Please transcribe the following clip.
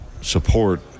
support